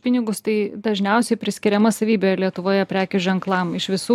pinigus tai dažniausiai priskiriama savybė lietuvoje prekių ženklam iš visų